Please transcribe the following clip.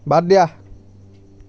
বাদ দিয়া